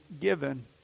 given